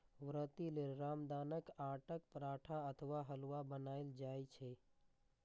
व्रती लेल रामदानाक आटाक पराठा अथवा हलुआ बनाएल जाइ छै